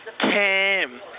Cam